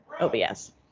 OBS